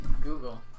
Google